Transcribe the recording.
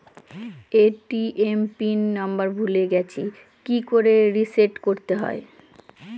ATM pin number ভুলে গেছি কি করে রিসেট করতে হয়?